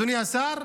אדוני השר,